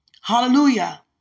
Hallelujah